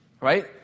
right